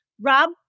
Rob